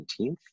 17th